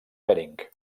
bering